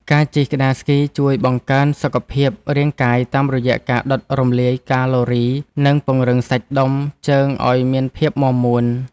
ការជិះក្ដារស្គីជួយបង្កើនសុខភាពរាងកាយតាមរយៈការដុតរំលាយកាឡូរី និងពង្រឹងសាច់ដុំជើងឱ្យមានភាពមាំមួន។